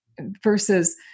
versus